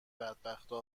بدبختا